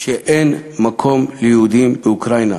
מתפשטת התפיסה הגזענית שאין מקום ליהודים באוקראינה.